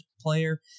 player